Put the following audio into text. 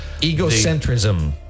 Egocentrism